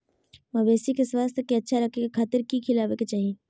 मवेसी के स्वास्थ्य अच्छा रखे खातिर की खिलावे के चाही?